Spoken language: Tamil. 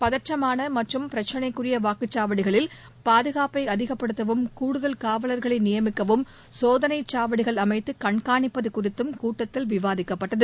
பதற்றமான மற்றும் பிரச்னைக்குரிய வாக்குச்சாவடிகளில் பாதுகாப்பை அதிகப்படுத்தவும் கூடுதல் காவலர்களை நியமிக்கவும் சோதனைச் சாவடிகள் அமைத்து கண்காணிப்பது குறித்தும் கூட்டத்தில் விவாதிக்கப்பட்டது